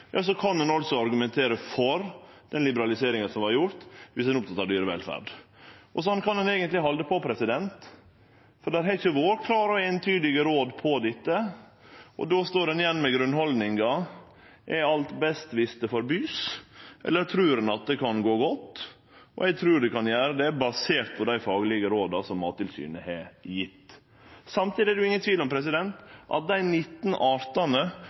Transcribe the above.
ein er oppteken av dyrevelferd, argumentere for den liberaliseringa som vart gjort. Slik kan ein eigentleg halde på, for det har ikkje vore nokon klare og eintydige råd på dette feltet. Då står ein igjen med grunnhaldninga: Er alt best viss det vert forbode, eller trur ein at det kan gå godt? Eg trur det kan gå godt, basert på dei faglege råda som Mattilsynet har gjeve. Samtidig er det ingen tvil om at dei 19